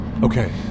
Okay